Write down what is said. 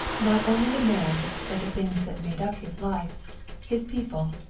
not only the man, but the things that made up his life his people,